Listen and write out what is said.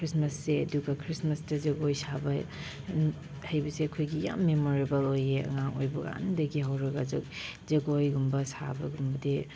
ꯈ꯭ꯔꯤꯁꯃꯥꯁꯁꯦ ꯑꯗꯨꯒ ꯈ꯭ꯔꯤꯁꯃꯥꯁꯇ ꯖꯒꯣꯏ ꯁꯥꯕ ꯍꯩꯕꯁꯦ ꯑꯩꯈꯣꯏꯒꯤ ꯌꯥꯝ ꯃꯦꯃꯣꯔꯦꯕꯜ ꯑꯣꯏꯌꯦ ꯑꯉꯥꯡ ꯑꯣꯏꯕꯀꯥꯟꯗꯒꯤ ꯍꯧꯔꯒ ꯖꯒꯣꯏꯒꯨꯝꯕ ꯁꯥꯕꯒꯨꯝꯕꯗꯤ